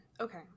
okay